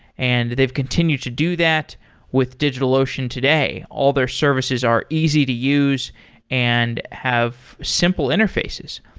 and they've continued to do that with digitalocean today. all their services are easy to use and have simple interfaces.